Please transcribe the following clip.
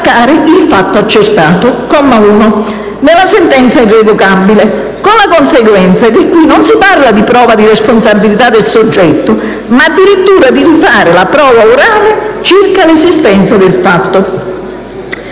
«il fatto accertato» (comma 1) nella sentenza irrevocabile, con la conseguenza che qui non si parla di prova di responsabilità del soggetto, ma addirittura di rifare la prova (orale) circa l'esistenza del fatto.